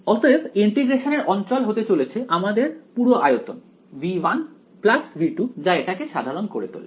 অতএব ইন্টিগ্রেশনের অঞ্চল হতে চলেছে আমাদের পুরো আয়তন V1 V2 যা এটাকে সাধারণ করে তোলে